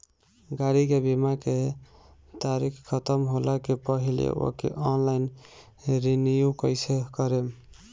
गाड़ी के बीमा के तारीक ख़तम होला के पहिले ओके ऑनलाइन रिन्यू कईसे करेम?